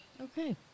Okay